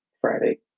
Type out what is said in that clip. friday